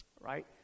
right